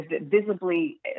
visibly